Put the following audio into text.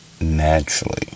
naturally